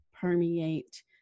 permeate